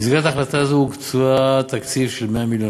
במסגרת החלטה זו הוקצה תקציב של 100 מיליון